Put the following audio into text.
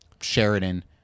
Sheridan